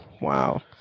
Wow